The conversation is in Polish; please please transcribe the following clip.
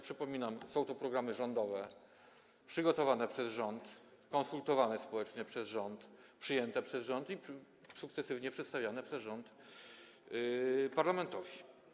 Przypominam, że są to programy rządowe, przygotowane przez rząd, konsultowane społecznie przez rząd, przyjęte przez rząd i sukcesywnie przedstawiane przez rząd parlamentowi.